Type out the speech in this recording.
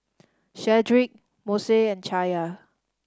Shedrick Mose and Chaya